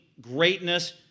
greatness